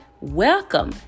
welcome